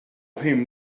him